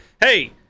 Hey